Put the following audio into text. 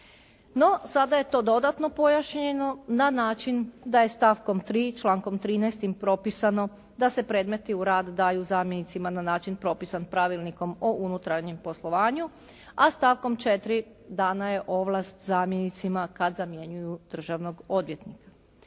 No sada je to dodatno pojašnjeno na način da je stavom 3. člankom 13. propisano da se predmeti u rad daju zamjenicima na način propisan Pravilnikom o unutarnjem poslovanju, a stavkom 4. dana je ovlast zamjenicima kad zamjenjuju državnog odvjetnika.